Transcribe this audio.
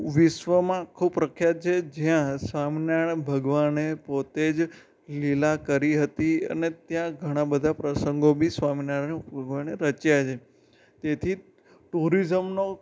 વિશ્વમાં ખૂબ પ્રખ્યાત છે જ્યાં સ્વામિનારાયણ ભગવાને પોતે જ લીલા કરી હતી અને ત્યાં ઘણા બધા પ્રસંગો બી પણ સ્વામિનારાયણ ભગવાને રચ્યા છે તેથી ટુરીઝમનો